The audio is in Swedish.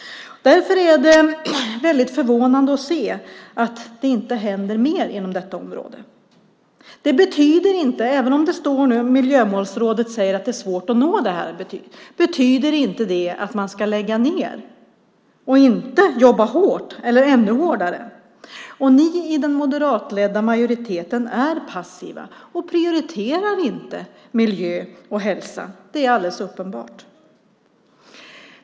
Därför är det väldigt förvånande att det inte händer mer inom detta område. Även om Miljömålsrådet säger att det är svårt att nå målet betyder det inte att man ska lägga ned och inte jobba hårt eller ännu hårdare. Ni i den moderatledda majoriteten är passiva och prioriterar inte miljö och hälsa, det är alldeles uppenbart.